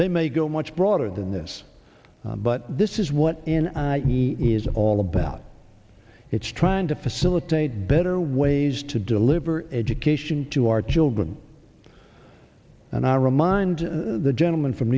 they may go much broader than this but this is what in the is all about it's trying to facilitate better ways to deliver education to our children and i remind the gentleman from